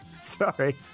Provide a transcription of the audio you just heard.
sorry